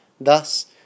Thus